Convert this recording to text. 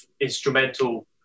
instrumental